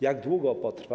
Jak długo potrwa?